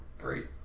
great